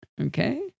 Okay